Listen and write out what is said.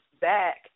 back